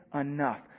enough